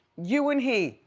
you and he.